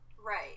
Right